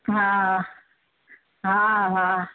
हा हा हा